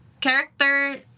character